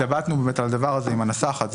התלבטנו עם הנסחת בנושא הזה.